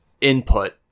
input